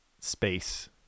space